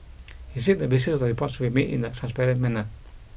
he said the basis of the report should be made in a transparent manner